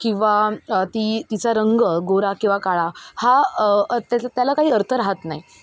किंवा ती तिचा रंग गोरा किंवा काळा हा त्याचं त्याला काही अर्थ राहत नाही